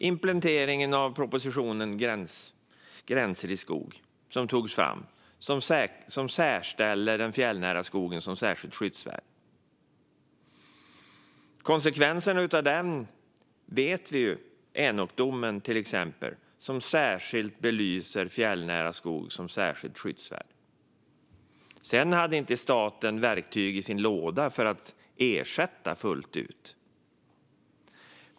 Implementeringen av propositionen Gränser i skog särställde den fjällnära skogen som särskilt skyddsvärd, och konsekvenserna av det vet vi ju; vi har till exempel Änokdomen, som belyser fjällnära skog som särskilt skyddsvärd. Sedan hade staten inte verktyg i sin låda för att ersätta fullt ut.